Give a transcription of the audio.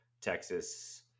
Texas